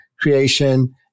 creation